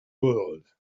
world